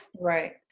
Right